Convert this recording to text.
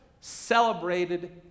celebrated